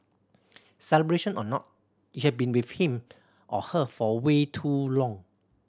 celebration or not you have been with him or her for way too long